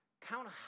count